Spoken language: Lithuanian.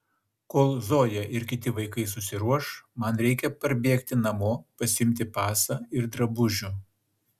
kol zoja ir kiti vaikai susiruoš man reikia parbėgti namo pasiimti pasą ir drabužių